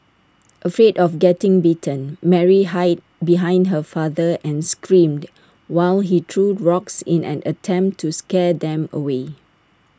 afraid of getting bitten Mary hid behind her father and screamed while he threw rocks in an attempt to scare them away